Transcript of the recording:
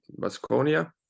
Basconia